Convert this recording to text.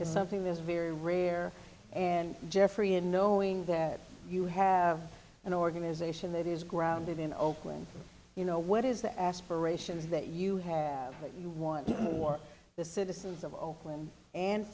that is very rare and jeffrey and knowing that you have an organisation that is grounded in oakland you know what is the aspirations that you have that you want for the citizens of oakland and